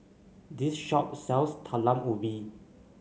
this shop sells Talam Ubi